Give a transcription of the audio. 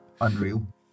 Unreal